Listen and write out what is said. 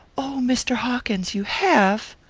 oh, mr. hawkins you have?